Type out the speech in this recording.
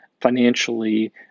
financially